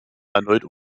erneut